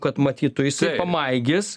kad matytų jis pamaigys